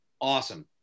awesome